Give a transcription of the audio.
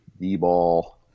D-ball